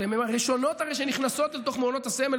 הן הרי הראשונות שנכנסות לתוך מעונות הסמל,